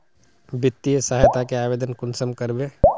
वित्तीय सहायता के आवेदन कुंसम करबे?